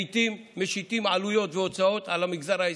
לעיתים משיתים עלויות והוצאות על המגזר העסקי,